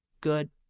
good